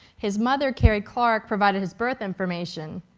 his mother, carey clark, provided his birth information.